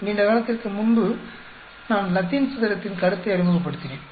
நீண்ட காலத்திற்கு முன்பு நான் லத்தீன் சதுரத்தின் கருத்தை அறிமுகப்படுத்தினேன்